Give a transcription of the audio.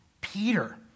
Peter